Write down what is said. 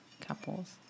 couples